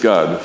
God